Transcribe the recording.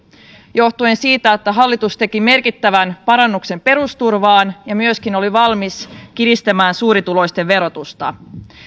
johtuen siitä että hallitus teki merkittävän parannuksen perusturvaan ja myöskin oli valmis kiristämään suurituloisten verotusta